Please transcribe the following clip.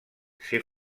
ser